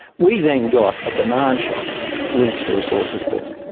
we then got a demand shock linked to the resources boom.